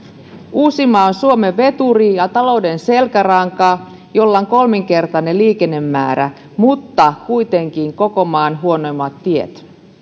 uusimaa on suomen veturi ja talouden selkäranka jolla on kolminkertainen liikennemäärä mutta kuitenkin koko maan huonoimmat tiet